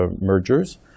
mergers